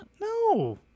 No